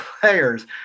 players